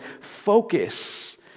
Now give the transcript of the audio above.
focus